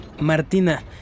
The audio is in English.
Martina